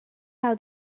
how